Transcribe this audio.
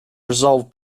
resolved